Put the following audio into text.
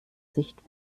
sicht